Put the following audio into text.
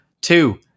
Two